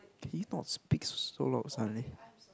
can you not speak so loud suddenly